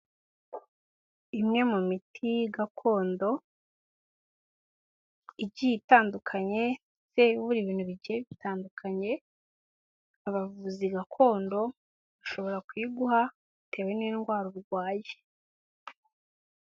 Imwe mu miti gakondo igiye itandukanye se ibura ibintu bike bitandukanye abavuzi gakondo ushobora kuyiguha bitewe n'indwara urwaye.